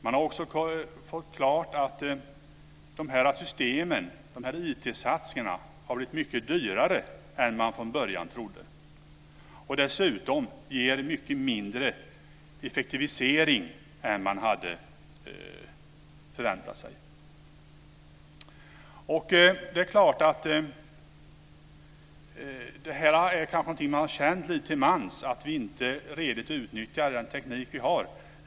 Man har också fått klart för sig att IT-satsningarna har blivit mycket dyrare än vad man från början trodde. Dessutom ger de mycket mindre effektivisering än vad man hade förväntat sig. Det är klart att vi lite till mans kanske har känt att vi inte riktigt utnyttjar den teknik vi har.